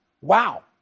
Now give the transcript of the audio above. wow